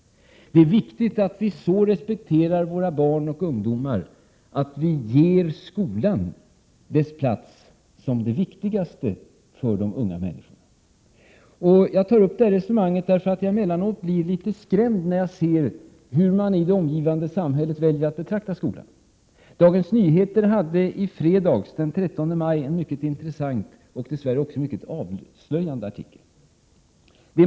Det är viktigt att vi så respekterar våra 109 Prot. 1987/88:123 barn och ungdomar att vi ger skolan dess plats som det viktigaste för de unga människorna. Jag tar upp detta resonemang därför att jag emellanåt blir litet skrämd när jag ser hur man i det omgivande samhället väljer att betrakta skolan. Dagens Nyheter hade i fredags, den 13 maj, en mycket intressant och dess värre också mycket avslöjande artikel.